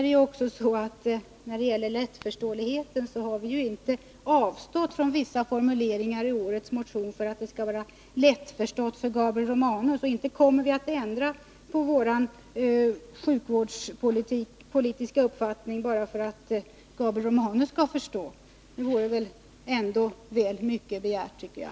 När det gäller lättförståeligheten har vi ju inte avstått från att använda vissa formuleringar i årets motion för att den skulle vara lättförståelig för Gabriel Romanus, och inte kommer vi att ändra på vår sjukvårdspolitiska uppfattning bara för att Gabriel Romanus skall förstå den. Det vore ändå väl mycket begärt, tycker jag.